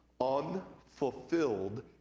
Unfulfilled